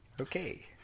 Okay